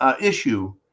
issue